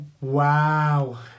Wow